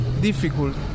difficult